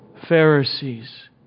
Pharisees